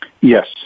Yes